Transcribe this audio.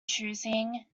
choosing